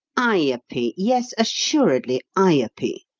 ayupee yes, assuredly, ayupee!